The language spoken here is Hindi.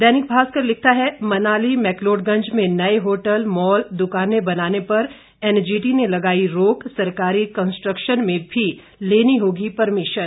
दैनिक भास्कर लिखता है मनाली मैक्लोडगंज में नए होटल मॉल दुकानें बनाने पर एनजीटी ने लगाई रोक सरकारी कंस्ट्रक्शन में भी लेनी होगी परमिशन